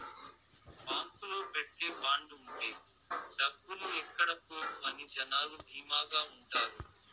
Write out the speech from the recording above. బాంకులో పెట్టే బాండ్ ఉంటే డబ్బులు ఎక్కడ పోవు అని జనాలు ధీమాగా ఉంటారు